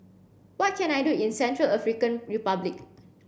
what can I do in Central African Republic